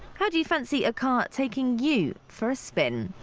how do you fancy a car taking you for a spin?